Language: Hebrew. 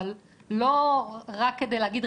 אבל לא רק כדי להגיד,